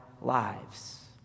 lives